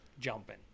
jumping